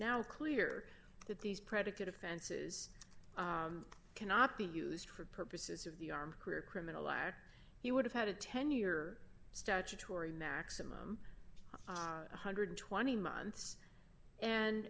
now clear that these predicate offenses cannot be used for purposes of the army career criminal act he would have had a ten year statutory maximum of one hundred and twenty months and